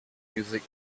music